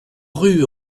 rue